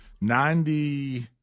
Ninety